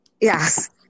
Yes